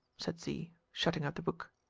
said z, shutting up the book.